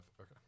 Okay